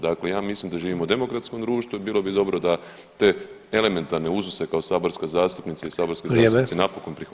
Dakle, ja mislim da živimo u demokratskom društvu i bilo bi dobro da te elementarne uzuse kao saborska zastupnica i saborski zastupnici napokon prihvatiti.